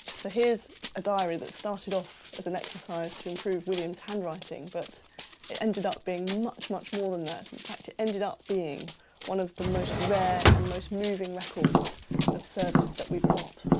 so here's a diary that started off as an exercise to improve william's handwriting, but it ended up being much, much more than that. and, in fact, it ended up being one of the most rare and most moving records of service that we've got.